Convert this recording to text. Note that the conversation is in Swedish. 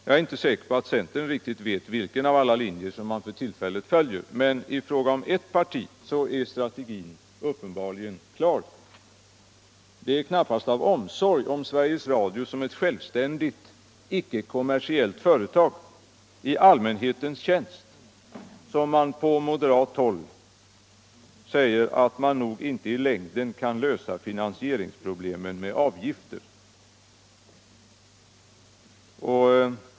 Jag är inte säker på att centern riktigt vet vilken av alla linjer som den för tillfället följer. men i fråga om ett parti är strategin uppenbarligen klar. Det är knappast av omsorg om Sveriges Radio som ett självständigt icke-kommersiellt företag i allmänhetens tjänst som man på moderat håll säger att man nog inte i längden kan lösa finansieringsproblemen med avgifter.